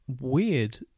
weird